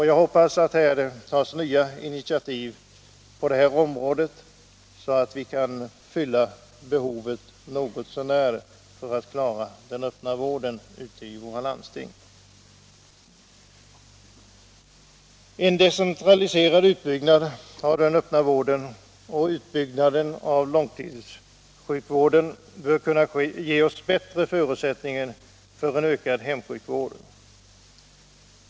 Jag hoppas att nya initiativ tas på detta område, så att vi kan få tillräckligt många allmänläkare för att något så när kunna klara den öppna vården inom våra landsting. av långtidssjukvården bör kunna ge oss bättre förutsättningar för en ökad hemsjukvård.